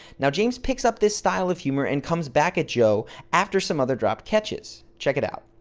now, james picks up this style of humor and comes back at joe after some other drop catches. check it out.